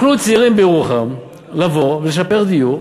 צעירים בירוחם יכלו לבוא, לשפר דיור,